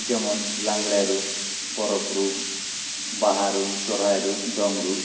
ᱡᱮᱢᱚᱱ ᱞᱟᱜᱽᱲᱮ ᱨᱩ ᱯᱚᱨᱚᱵᱽ ᱨᱩ ᱵᱟᱦᱟ ᱨᱩ ᱥᱚᱦᱚᱨᱟᱭ ᱨᱩ ᱫᱚᱝ ᱨᱩ